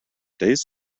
days